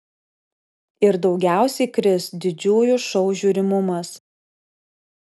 ir daugiausiai kris didžiųjų šou žiūrimumas